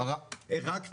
רק המבוא,